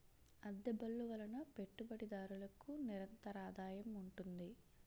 అద్దె బళ్ళు వలన పెట్టుబడిదారులకు నిరంతరాదాయం ఉంటుంది